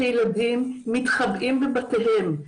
שילדים מתחבאים בבתיהם,